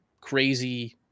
crazy